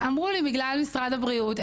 אמרו לי בגלל משרד הבריאות.